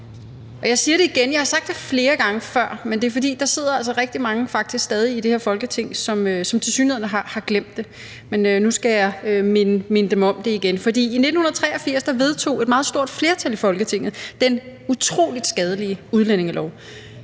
Og jeg siger det igen, og jeg har sagt flere gange før – men det er, fordi der faktisk sidder rigtig mange i det her Folketing, som tilsyneladende har glemt det – men nu skal jeg minde dem om det igen: I 1983 vedtog et stort flertal i Folketinget den utrolig skadelige udlændingelov.